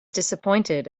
disappointed